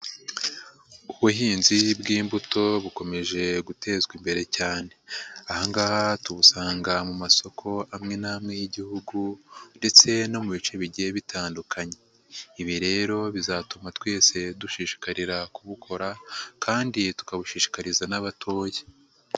Ubuhinzi bw'imbuto bukomeje gutezwa imbere cyane. Aha ngaha tubusanga mu masoko amwe n'amwe y'igihugu ndetse no mu bice bigiye bitandukanye. Ibi rero bizatuma twese dushishikarira kubukora kandi tukabushishikariza n'abatoya.